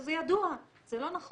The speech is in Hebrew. זה ידוע, זה לא נכון.